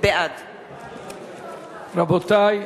בעד רבותי,